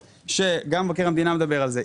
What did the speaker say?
גם מבקר המדינה מדבר על זה.